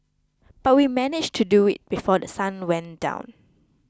but we managed to do it before The Sun went down